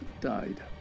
died